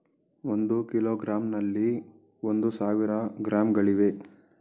ಒಂದು ಕಿಲೋಗ್ರಾಂನಲ್ಲಿ ಒಂದು ಸಾವಿರ ಗ್ರಾಂಗಳಿವೆ